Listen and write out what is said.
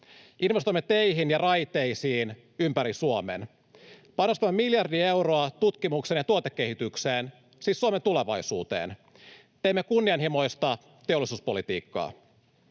Investoimme teihin ja raiteisiin ympäri Suomen. Panostamme miljardi euroa tutkimukseen ja tuotekehitykseen, siis Suomen tulevaisuuteen. Teemme kunnianhimoista teollisuuspolitiikkaa.